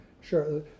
Sure